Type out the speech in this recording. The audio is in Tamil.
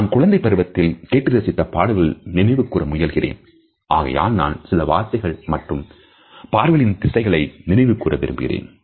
நான் குழந்தை பருவத்தில் கேட்டு ரசித்த பாடல்களை நினைவு கூற முயல்கிறேன் ஆகையால் நான் சில வார்த்தைகள் மற்றும் பார்வைகளின்திசைகளை நினைவு கூற விரும்புகிறேன்